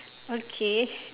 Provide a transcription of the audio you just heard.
okay